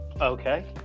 Okay